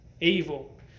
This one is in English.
evil